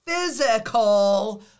physical